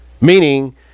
meaning